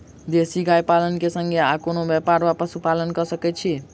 देसी गाय पालन केँ संगे आ कोनों व्यापार वा पशुपालन कऽ सकैत छी?